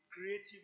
creative